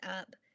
up